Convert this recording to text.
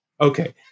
Okay